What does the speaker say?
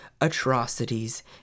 atrocities